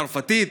צרפתית,